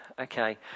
okay